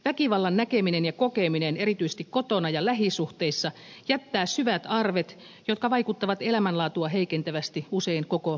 väkivallan näkeminen ja kokeminen erityisesti kotona ja lähisuhteissa jättää syvät arvet jotka vaikuttavat elämänlaatua heikentävästi usein koko loppuelämän